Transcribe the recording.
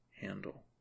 handle